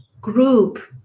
group